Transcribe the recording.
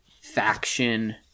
faction